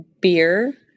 beer